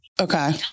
okay